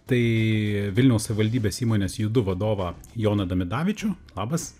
tai vilniaus savivaldybės įmonės judu vadovą joną damidavičių labas